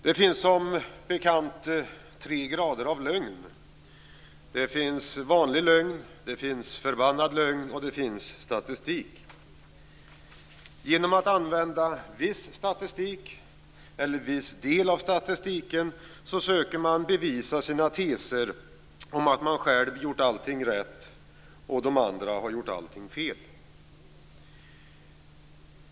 Det finns som bekant tre grader av lögn. Det finns vanlig lögn, det finns förbannad lögn och det finns statistik. Genom att använda viss statistik, eller viss del av statistiken, söker man bevisa sina teser om att man själv gjort allting rätt och de andra gjort allting fel.